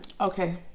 Okay